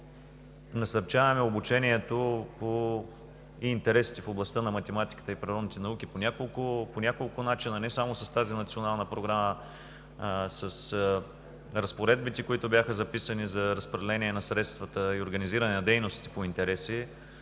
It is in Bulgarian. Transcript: насърчаваме обучението по интереси в областта на математиката и природните науки по няколко начина, не само с тази национална програма, а с разпоредбите, които бяха записани за разпределение на средствата и организиране на дейностите по интереси.